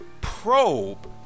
probe